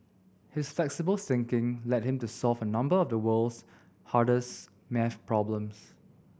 his flexible thinking led him to solve a number of the world's hardest maths problems